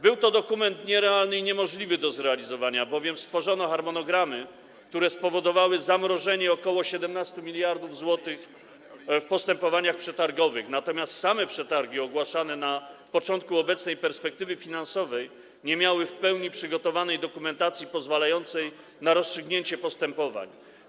Był to dokument nierealny i niemożliwy do zrealizowania, bowiem stworzono harmonogramy, które spowodowały zamrożenie ok. 17 mld zł w postępowaniach przetargowych, natomiast same przetargi ogłaszane na początku obecnej perspektywy finansowej nie miały w pełni przygotowanej dokumentacji pozwalającej na rozstrzygnięcie postępowań.